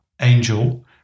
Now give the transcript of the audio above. Angel